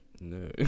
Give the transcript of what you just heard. No